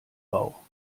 bau